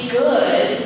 good